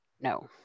No